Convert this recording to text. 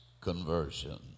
conversion